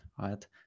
right